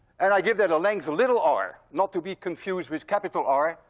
and i give that a length little r, not to be confused with capital r,